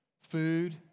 food